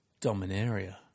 Dominaria